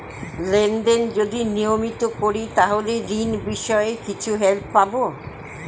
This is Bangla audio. লেন দেন যদি নিয়মিত করি তাহলে ঋণ বিষয়ে কিছু হেল্প পাবো?